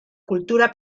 cultura